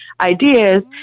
ideas